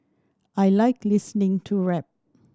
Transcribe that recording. I like listening to rap